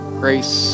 grace